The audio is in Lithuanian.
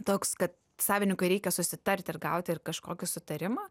toks kad savininkui reikia susitarti ir gauti ir kažkokį sutarimą